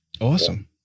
Awesome